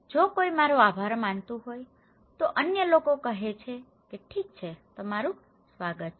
જો કોઈ મારો આભાર માનતુ હોય તો અન્ય લોકો કહે છે કે ઠીક છે તમારું સ્વાગત છે